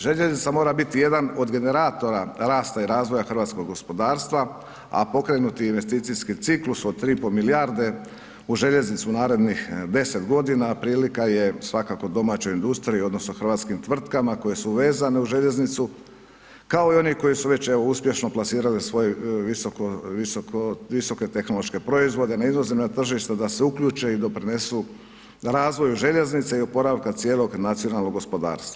Željeznica mora biti jedan od generatora rasta i razvoja hrvatskog gospodarstva, a pokrenuti investicijski ciklus od 3,5 milijarde u željeznicu narednih 10.g. prilika je svakako domaćoj industriji odnosno hrvatskim tvrtkama koje su vezane uz željeznicu, kao i one koje su već evo uspješno plasirale svoje visoko, visoko, visoke tehnološke proizvode, da izlaze na tržište, da se uključe i doprinesu razvoju željeznice i oporavka cijelog nacionalnog gospodarstva.